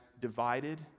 divided